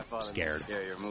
scared